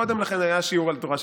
קודם לכן היה שיעור על תורה בכתב,